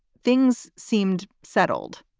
things seemed settled,